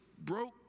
broke